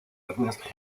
ernest